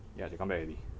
ya she come back already